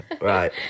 right